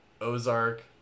Ozark